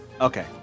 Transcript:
Okay